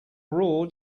raw